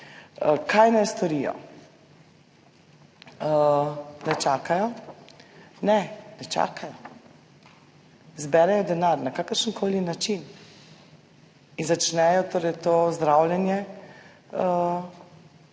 kaj naj storijo. Naj čakajo? Ne, ne čakajo. Zberejo denar na kakršenkoli način in začnejo to zdravljenje